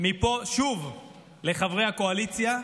מפה שוב לחברי הקואליציה,